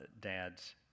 dads